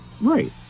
Right